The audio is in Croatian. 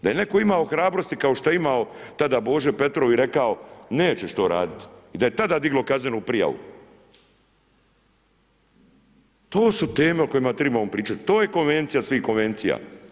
Da je netko imao hrabrosti kao što je imao tada Božo Petrov i rekao nećeš to raditi, i da je tada diglo kaznenu prijavu, to su teme o kojima trebamo pričati, to je konvencija svih konvencija.